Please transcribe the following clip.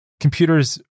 Computers